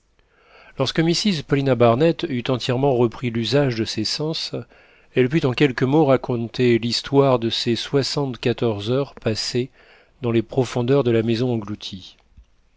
lorsque mrs paulina barnett eut entièrement repris l'usage de ses sens elle put en quelques mots raconter l'histoire de ces soixante-quatorze heures passées dans les profondeurs de la maison engloutie